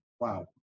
wow